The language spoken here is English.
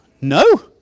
no